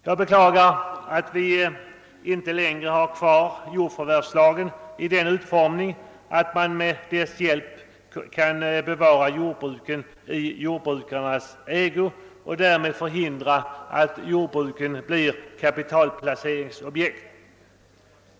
Jag beklagar att vi inte längre har kvar jordförvärvslagen i en sådan utformning att man med dess hjälp kan bevara jordbruken i jordbrukarnas ägo och därmed förhindra att jordbruken blir kapitalplaceringsobjekt.